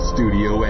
Studio